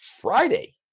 Friday